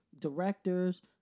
directors